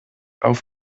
auf